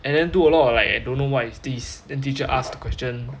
and then do a lot of like I don't what is this then teacher asks the question